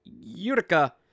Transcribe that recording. Utica